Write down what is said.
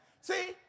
See